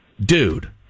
dude